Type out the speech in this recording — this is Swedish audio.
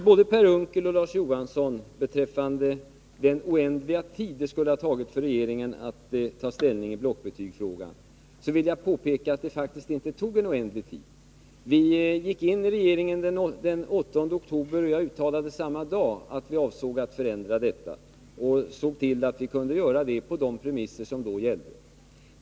Både Per Unckel och Larz Johansson talade om den oändliga tid som det skulle ha tagit för regeringen att ta ställning i blockbetygsfrågan. Jag vill påpeka att det faktiskt inte har tagit en oändlig tid. Vi gick in i regeringen den 8 oktober, och jag uttalade samma dag att jag avsåg att förändra detta system. Och jag såg till att vi kunde göra det på de premisser som då gällde.